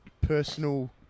personal